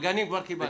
לגנים כבר קיבלנו.